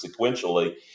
sequentially